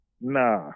Nah